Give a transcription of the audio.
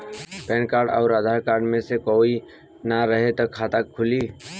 Pan card आउर Aadhaar card मे से कोई ना रहे त खाता कैसे खुली?